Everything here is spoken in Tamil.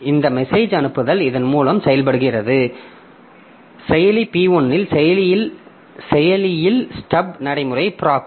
இந்த மெசேஜ் அனுப்புதல் இதன் மூலம் செய்யப்படுகிறது செயலி P1 இல் செயலியில் ஸ்டப் நடைமுறை Proc1